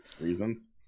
reasons